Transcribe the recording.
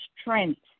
strength